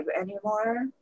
anymore